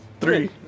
Three